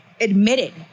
admitted